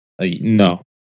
No